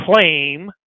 claim